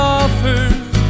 offers